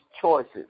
choices